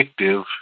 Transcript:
addictive